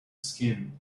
skin